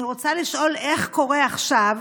אני רוצה לשאול איך קורה עכשיו